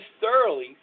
thoroughly